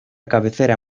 cabecera